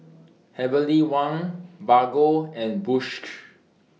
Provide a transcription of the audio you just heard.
Heavenly Wang Bargo and Bosch